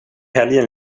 helgen